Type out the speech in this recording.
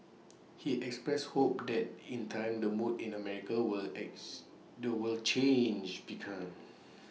he expressed hope that in time the mood in America will X they will change become